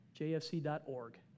jfc.org